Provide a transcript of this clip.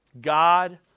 God